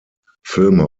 filme